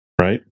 right